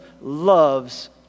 loves